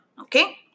okay